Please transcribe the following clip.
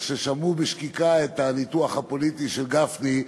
שמעו בשקיקה את הניתוח הפוליטי של גפני,